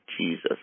Jesus